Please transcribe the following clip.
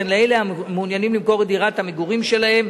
וכן לאלה המעוניינים למכור את דירת המגורים שלהם,